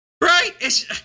Right